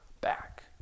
back